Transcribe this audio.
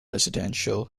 residential